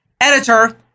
editor